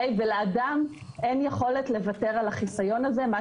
לאדם אין יכולת לוותר על החיסיון הזה מה